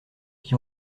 qui